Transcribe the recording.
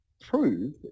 prove